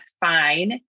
fine